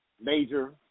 major